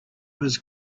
his